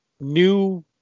new